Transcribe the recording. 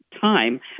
time